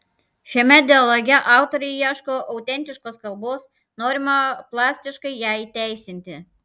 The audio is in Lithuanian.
šiame dialoge autoriai ieško autentiškos kalbos norima plastiškai ją įteisinti